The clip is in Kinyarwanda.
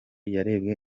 yarebwe